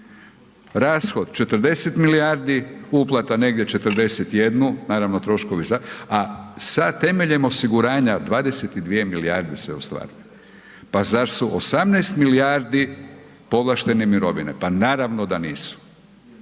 Rashod 40 milijardi, uplata negdje 41., naravno troškovi, a sa temeljem osiguranja 22 milijardi se … Pa zar su 18 milijardi povlaštene mirovine? Pa naravno da nisu.